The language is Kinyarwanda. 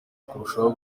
kurushaho